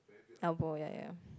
elbow ya ya